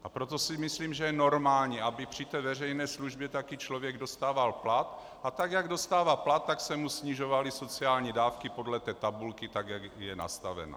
A proto si myslím, že je normální, aby při té veřejné službě člověk také dostával plat, a tak jak dostává plat, tak se mu snižovaly sociální dávky podle té tabulky, tak jak je nastavena.